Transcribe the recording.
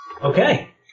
Okay